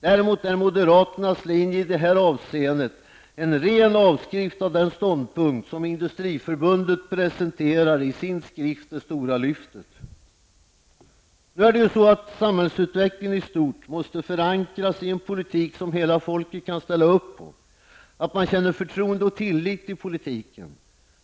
Däremot är moderaternas linje i detta avseende en ren avskrift av den ståndpunkt som Industriförbundet presenterar i sin skrift Det stora lyftet. Samhällsutvecklingen i stort måste förankras i en politik som hela folket kan ställa upp på. Man måste kunna känna förtroende och tillit till politiken.